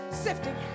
sifting